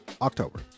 october